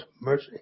mercy